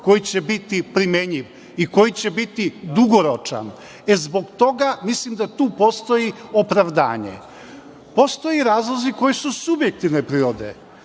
koji će biti primenjiv i koji će biti dugoročan. Mislim da tu postoji opravdanje. Postoje razlozi koji su subjektivne prirode.